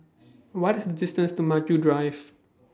What IS The distance to Maju Drive